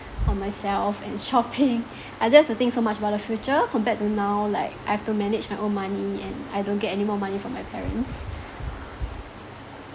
on myself and shopping I don't have to think so much about the future compared to now like I have to manage my own money and I don't get any more money from my parents